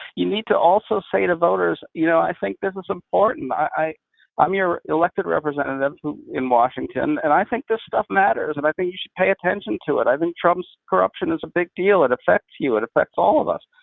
you need to also say to voters, you know, i think this is important. i am um your elected representative in washington, and i think this stuff matters, and i think you should pay attention to it. i think trump's corruption is a big deal. it affects you it affects all of us.